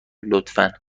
لطفا